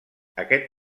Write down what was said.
aquest